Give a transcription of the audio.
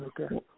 Okay